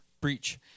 breach